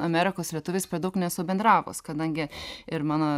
amerikos lietuviais per daug nesu bendravus kadangi ir mano